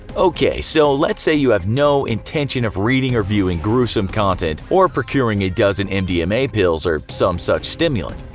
ok, so let's say you have no intention of reading or viewing gruesome content or procuring a dozen and um mdma pills or some such stimulant.